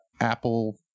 Apple